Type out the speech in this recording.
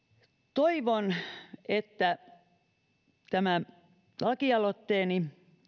toivon että tämä lakialoitteeni